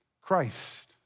Christ